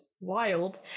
wild